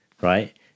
right